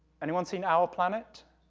anyone seen our planet?